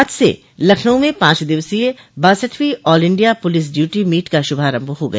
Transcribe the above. आज से लखनऊ में पांच दिवसीय बासठवीं all India police duty meet का शुभारम्भ हो गया